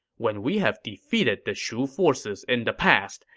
when we have defeated the shu forces in the past,